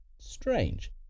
strange